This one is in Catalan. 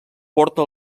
porta